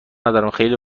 ندارم، خیلی